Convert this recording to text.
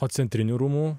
o centrinių rūmų